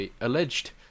alleged